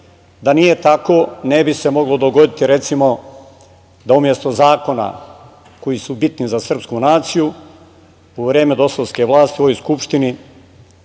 nije tako, ne bi se moglo dogoditi, recimo, da umesto zakona koji su bitni za srpsku naciju, u vreme dosovske vlasti u ovoj Skupštini